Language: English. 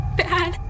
bad